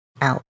out